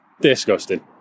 Disgusting